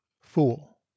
Fool